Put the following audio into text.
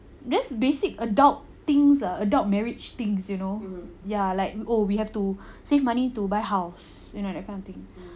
that's basic adult things ah adult marriage things you know ya like oh we have to save money to buy house you know that kind of thing